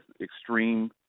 extreme